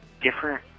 different